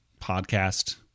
podcast